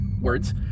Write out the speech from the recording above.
words